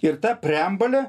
ir ta preambolė